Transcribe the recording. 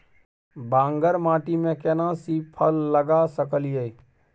बांगर माटी में केना सी फल लगा सकलिए?